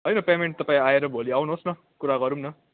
होइन पेमेन्ट तपाईँ आएर भोलि आउनुहोस् न कुरा गरौँ न